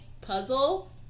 Puzzle